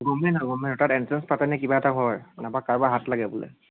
government হয় government তাত entrance পাতে নে কিবা এটা হয় নাইবা কাৰোবাৰ হাত লাগে বোলে